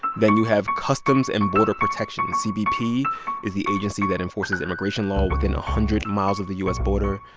then you have customs and border protection. cbp is the agency that enforces immigration law within a hundred miles of the u s. border.